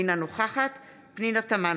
אינה נוכחת פנינה תמנו,